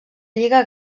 lliga